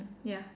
ya